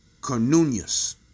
Cornunius